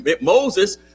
moses